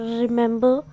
remember